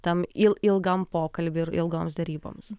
tam ir ilgam pokalbiui ir ilgoms deryboms